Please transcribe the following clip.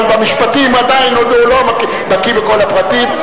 אבל במשפטים עדיין הוא עוד לא בקי בכל הפרטים.